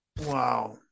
Wow